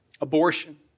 abortion